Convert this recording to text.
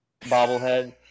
bobblehead